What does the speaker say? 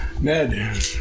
Ned